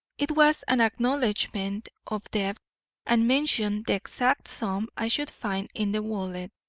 it was an acknowledgment of debt and mentioned the exact sum i should find in the wallet